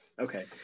Okay